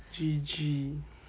G_G